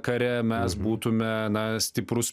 kare mes būtume na stiprus